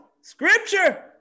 Scripture